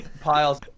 piles